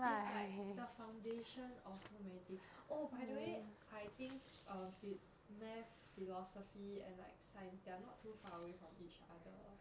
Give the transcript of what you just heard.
it's like the foundation of so many thing oh by the way I think uh phi~ math philosophy and like science they are not too far away from each other